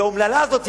והאומללה הזאת,